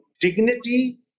Dignity